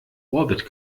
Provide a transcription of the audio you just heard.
orbit